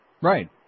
Right